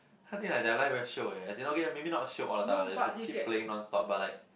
I think ah their life very shiok eh as in okay maybe no shiok all the time and then to keep playing non stop but like